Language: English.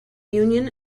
union